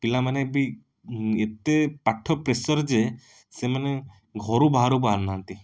ପିଲାମାନେ ବି ଏତେ ପାଠ ପ୍ରେସର ଯେ ସେମାନେ ଘରୁ ବାହାରକୁ ବାହାରୁ ନାହାଁନ୍ତି